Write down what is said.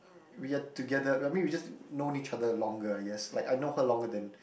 we are together I mean we just known each other longer I guess like I know her longer than